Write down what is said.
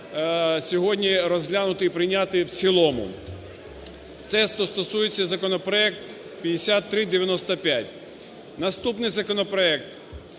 сьогодні розглянути і прийняти в цілому. Це, що стосується законопроекту 5395. Наступний законопроект